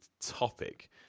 topic